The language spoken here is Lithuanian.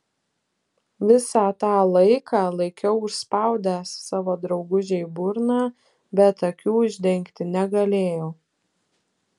visą tą laiką laikiau užspaudęs savo draugužei burną bet akių uždengti negalėjau